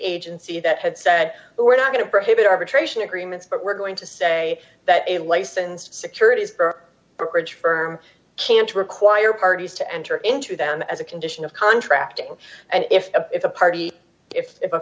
agency that had said we're not going to prohibit arbitration agreements but we're going to say that a licensed securities or brokerage firm can't require parties to enter into them as a condition of contracting and if a if a party if